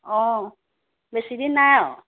অঁ বেছিদিন নাই আৰু